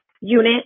unit